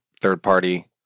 third-party